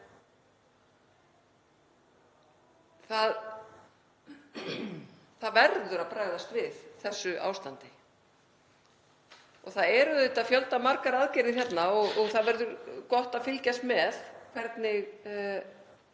Það verður að bregðast við þessu ástandi. Það eru fjöldamargar aðgerðir hérna og það verður gott að fylgjast með hvernig